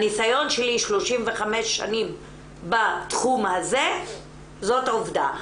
הניסיון שלי 35 שנים בתחום הזה זאת עובדה.